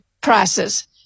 prices